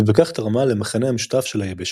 ובכך תרמה למכנה המשותף של היבשת.